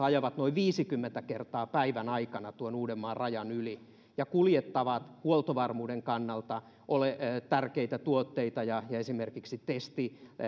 ajavat noin viisikymmentä kertaa päivän aikana uudenmaan rajan yli ja kuljettavat huoltovarmuuden kannalta tärkeitä tuotteita ja esimerkiksi